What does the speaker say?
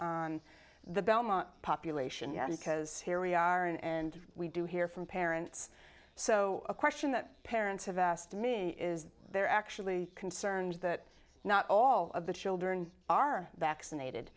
on the belmont population because here we are in and we do hear from parents so a question that parents have asked me is there are actually concerns that not all of the children are vaccinated